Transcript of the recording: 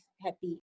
happy